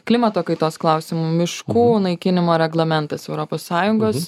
klimato kaitos klausimų miškų naikinimo reglamentas europos sąjungos